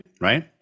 right